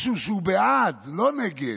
משהו שהוא בעד, לא נגד,